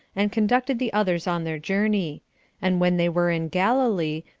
and conducted the others on their journey and when they were in galilee,